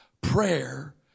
prayer